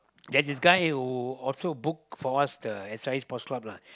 there's this guy who also book for us the S I sports club lah